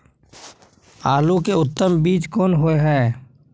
आलू के उत्तम बीज कोन होय है?